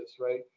right